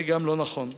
וזה גם לא נכון.